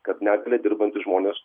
kad negalią dirbantys žmonės